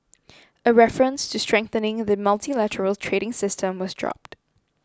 a reference to strengthening the multilateral trading system was dropped